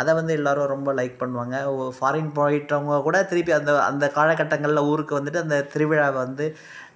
அதை வந்து எல்லாரும் ரொம்ப லைக் பண்ணுவாங்க ஓ ஃபாரின் போயிவிட்டவங்க கூட திருப்பி அந்த அந்த காலகட்டங்களில் ஊருக்கு வந்துவிட்டு அந்த திருவிழாவை வந்து